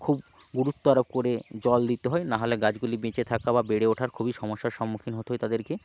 খুব গুরুত্ব আরোপ করে জল দিতে হয় না হলে গাছগুলি বেঁচে থাকা বা বেড়ে ওঠার খুবই সমস্যার সম্মুখীন হতে হয় তাদেরকে